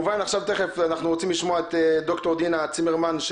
נשמע את ד"ר דינה צימרמן,